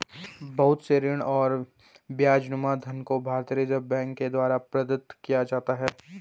बहुत से ऋण और ब्याजनुमा धन को भारतीय रिजर्ब बैंक के द्वारा प्रदत्त किया जाता है